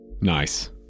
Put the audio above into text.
Nice